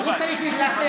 הוא צריך להתנצל.